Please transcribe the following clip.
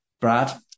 brad